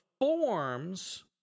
forms